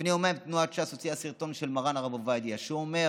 לפני יומיים תנועת ש"ס הוציאה סרטון של מר"ן הרב עובדיה שאומר: